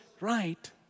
right